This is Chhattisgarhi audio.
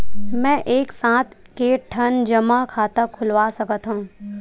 मैं एक साथ के ठन जमा खाता खुलवाय सकथव?